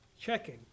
checking